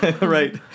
Right